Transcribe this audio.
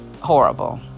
horrible